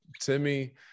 Timmy